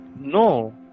no